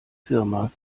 firma